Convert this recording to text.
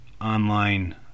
online